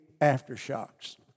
aftershocks